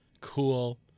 Cool